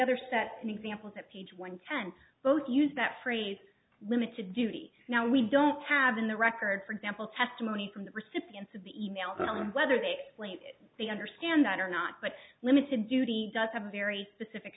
other set an example that page one ten both use that phrase limited duty now we don't have in the record for example testimony from the recipients of the e mails on whether they played they understand that or not but limited duty does have a very specific